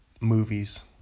movies